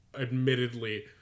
admittedly